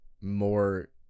more